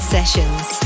Sessions